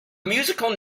musical